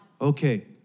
Okay